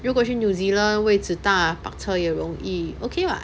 如果去 new zealand 位置大 park 车也容易 okay [what]